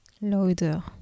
louder